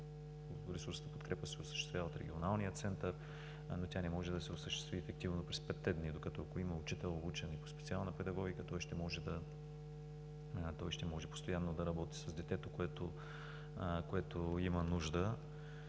Ресурсната подкрепа се осъществява от регионалния център, но тя не може да се осъществи ефективно през петте дни. Докато, ако има учител, обучен и по специална педагогика, той ще може постоянно да работи с детето, което има нужда.